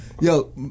Yo